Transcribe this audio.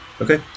Okay